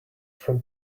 from